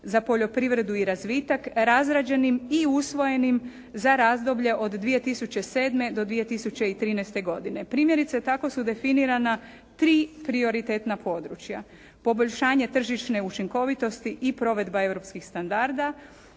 za poljoprivredu i razvitak, razrađenim i usvojenim za razdoblje od 2007. do 2013. godine. Primjerice tako su definirana tri prioritetna područja, poboljšanje tržišne učinkovitosti i provedba europskih standarda,